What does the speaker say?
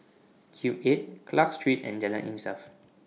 Cube eight Clarke Street and Jalan Insaf